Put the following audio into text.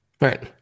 Right